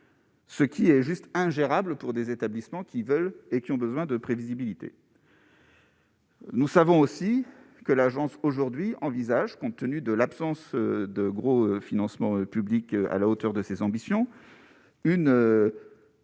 Ce qui est juste ingérable pour des établissements qui veulent et qui ont besoin de prévisibilité. Nous savons aussi que l'agence aujourd'hui envisage, compte tenu de l'absence de gros financements publics à la hauteur de ses ambitions, une changement